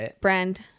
brand